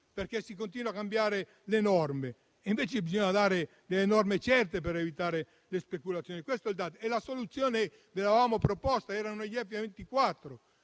perché si continuano a cambiare le norme. Invece, bisogna dare norme certe, per evitare le speculazioni. La soluzione ve l'avevamo proposta: erano gli F24.